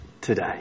today